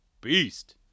beast